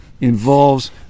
involves